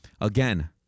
again